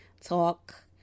talk